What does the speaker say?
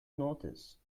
notice